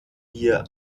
wir